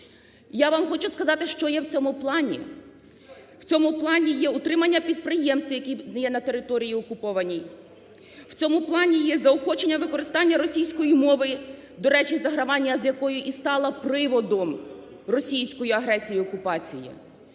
Я вам хочу сказати, що є в цьому плані: в цьому плані є утримання підприємств, які є на території окупованій; в цьому плані є заохочення використання російської мови, до речі, загравання з якою і стало приводом російської агресії і окупації;